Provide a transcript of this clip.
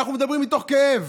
אנחנו מדברים מתוך כאב.